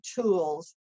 tools